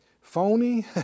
phony